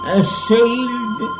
assailed